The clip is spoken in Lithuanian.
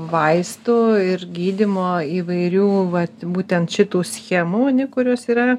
vaistų ir gydymo įvairių vat būtent šitų schemų kurios yra